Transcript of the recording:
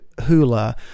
Hula